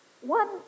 One